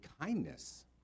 kindness